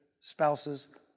spouses